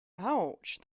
ouch